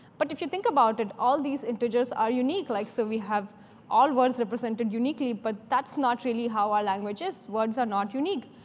but if you think about it, all these integers are unique. like so we have all words represented uniquely, but that's not really how our language is. words are not unique.